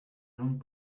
young